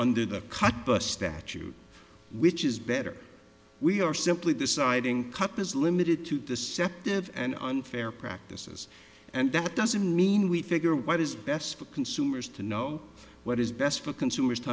under the cutbush statute which is better we are simply deciding cup is limited to the sept of an unfair practices and that doesn't mean we figure what is best for consumers to know what is best for consumers to